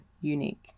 unique